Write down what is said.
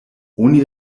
oni